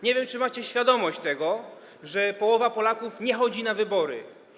Nie wiem, czy macie świadomość, że połowa Polaków nie chodzi na wybory.